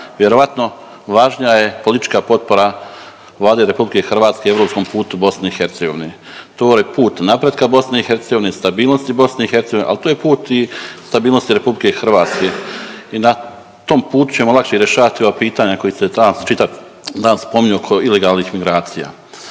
vjerojatno važnija je politička potpora Vlade Republike Hrvatske europskom putu BiH. To je put napretka BiH, stabilnosti BiH, ali to je put i stabilnosti Republike Hrvatske i na tom putu ćemo lakše rješavati ova pitanja koja se danas čitav dan spominju oko ilegalnih migracija.